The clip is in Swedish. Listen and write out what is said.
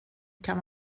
kan